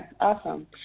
Awesome